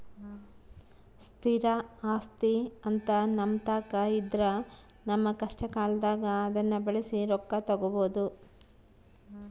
ಸ್ಥಿರ ಆಸ್ತಿಅಂತ ನಮ್ಮತಾಕ ಇದ್ರ ನಮ್ಮ ಕಷ್ಟಕಾಲದಾಗ ಅದ್ನ ಬಳಸಿ ರೊಕ್ಕ ತಗಬೋದು